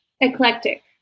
eclectic